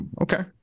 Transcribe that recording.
okay